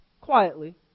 quietly